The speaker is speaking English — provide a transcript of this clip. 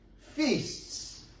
feasts